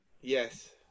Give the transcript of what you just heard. yes